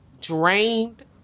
drained